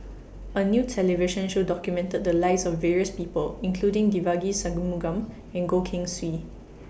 A New television Show documented The Lives of various People including Devagi Sanmugam and Goh Keng Swee